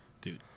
Dude